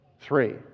three